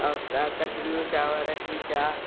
ऐं कचरियूं चांवर खीचा